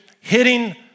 hitting